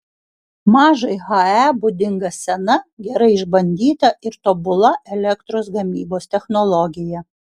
mažai he būdinga sena gerai išbandyta ir tobula elektros gamybos technologija